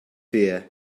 fear